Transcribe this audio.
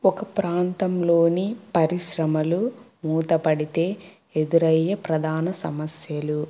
ఒక ప్రాంతంలోని పరిశ్రమలు మూతపడితే ఎదురయ్యే ప్రధాన సమస్యలు